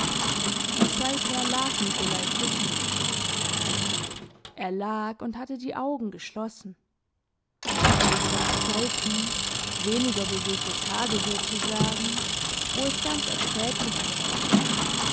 und seither lag nikolaj kusmitsch er lag und hatte die augen geschlossen und es gab zeiten weniger bewegte tage sozusagen wo es ganz erträglich war